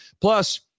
Plus